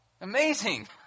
Amazing